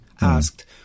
asked